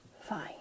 Fine